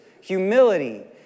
humility